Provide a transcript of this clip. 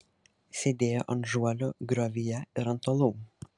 sėdėjo ant žuolių griovyje ir ant uolų